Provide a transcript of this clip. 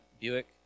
Buick